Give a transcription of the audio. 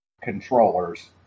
controllers